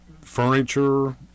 furniture